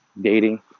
dating